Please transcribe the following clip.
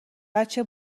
بچه